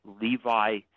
Levi